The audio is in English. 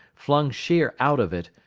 flung sheer out of it,